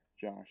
Josh